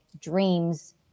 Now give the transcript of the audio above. dreams